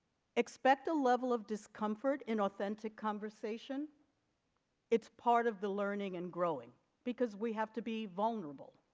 expect a level of discomfort in authentic conversation it's part of the learning and growing because we have to be vulnerable